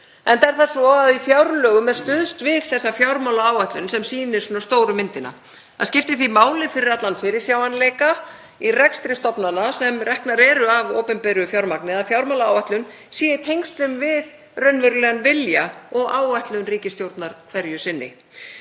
enda er það svo að í fjárlögum er stuðst við þessa fjármálaáætlun sem sýnir stóru myndina. Það skiptir því máli fyrir allan fyrirsjáanleika í rekstri stofnana sem reknar eru á opinberu fjármagni að fjármálaáætlun sé í tengslum við raunverulegan vilja og áætlun ríkisstjórnar hverju sinni.